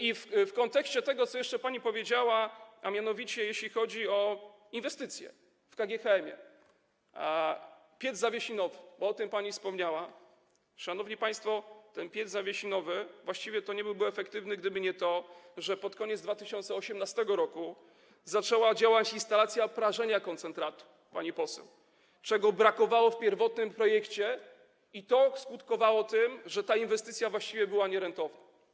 I w kontekście tego, co jeszcze pani powiedziała, a mianowicie jeśli chodzi o inwestycje w KGHM, piec zawiesinowy, bo o tym pani wspomniała, szanowni państwo, ten piec zawiesinowy właściwie nie byłby efektywny, gdyby nie to, że pod koniec 2018 r. zaczęła działać instalacja prażenia koncentratu, pani poseł, czego brakowało w pierwotnym projekcie i co skutkowało tym, że ta inwestycja właściwie była nierentowna.